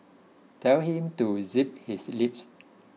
tell him to zip his lips